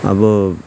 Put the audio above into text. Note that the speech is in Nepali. अब